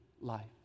life